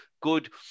good